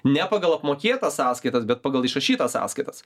ne pagal apmokėtas sąskaitos bet pagal išrašytas sąskaitas